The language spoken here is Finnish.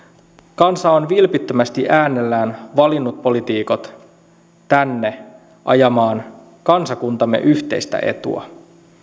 kansa on vilpittömästi äänellään valinnut poliitikot tänne ajamaan kansakuntamme yhteistä etua